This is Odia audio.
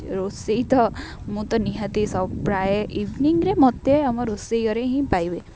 ରୋଷେଇ ତ ମୁଁ ତ ନିହାତି ସବୁ ପ୍ରାୟ ଇଭିନିଂରେ ମୋତେ ଆମ ରୋଷେଇ ଘରେ ହିଁ ପାଇବେ